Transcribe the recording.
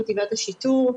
חטיבת השיטור.